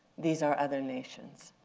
these are other nations.